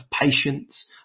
patience